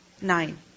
Nine